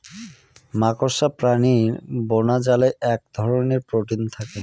মাকড়সা প্রাণীর বোনাজালে এক ধরনের প্রোটিন থাকে